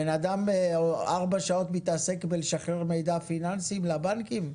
בן אדם במשך ארבע שעות ביום מתעסק בשחרור מידע פיננסי לבנקים?